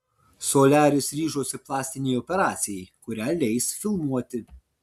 soliaris ryžosi plastinei operacijai kurią leis filmuoti